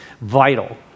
vital